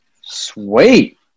sweet